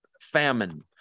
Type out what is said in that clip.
famine